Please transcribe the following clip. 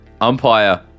Umpire